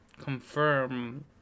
confirm